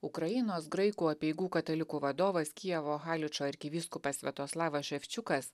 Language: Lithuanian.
ukrainos graikų apeigų katalikų vadovas kijevo haličo arkivyskupas sviatoslavas ševčiukas